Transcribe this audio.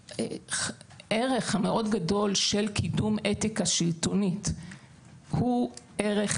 הערך המאוד גדול של קידום אתיקה שלטונית הוא ערך,